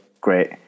great